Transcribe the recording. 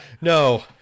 No